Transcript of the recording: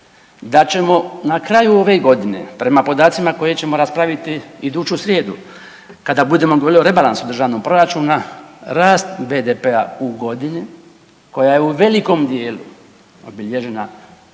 da ćemo na kraju ove godine prema podacima koje ćemo raspraviti iduću srijedu kada budemo govorili o rebalansu državnog proračuna rast BDP-a u godini koja je u velikom dijelu obilježena